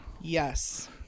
yes